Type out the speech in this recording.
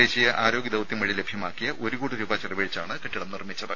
ദേശീയ ആരോഗ്യ ദൌത്യം വഴി ലഭ്യമാക്കിയ ഒരു കോടി രൂപ ചെലവഴിച്ചാണ് കെട്ടിയം നിർമ്മിച്ചത്